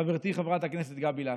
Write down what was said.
חברתי חברת הכנסת גבי לסקי.